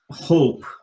hope